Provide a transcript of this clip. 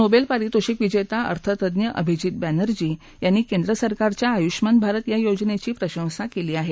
Nobel परितोषिक विजेता अर्थतज्ञ अभिजीत बॅनर्जी यांनी केंद्रसरकारच्या आयूष्यमान भारत या योजनेची प्रशंसा केली आहे